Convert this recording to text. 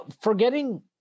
forgetting